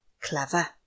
Clever